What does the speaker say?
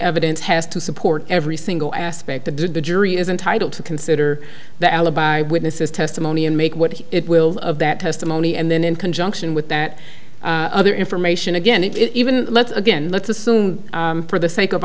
evidence has to support every single aspect the did the jury is entitle to consider the alibi witnesses testimony and make what it will of that testimony and then in conjunction with that other information again it is even let's again let's assume for the sake of